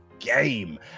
game